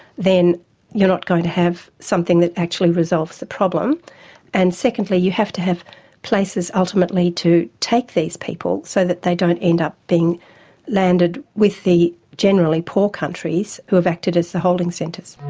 then you're not going to have something that actually resolved the problem and secondly, you have to have places ultimately to take these people so that they don't end up being landed with the generally poor countries who've acted as the holding centres.